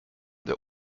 der